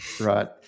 Right